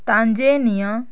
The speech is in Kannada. ಟಾಂಜಾನಿಯ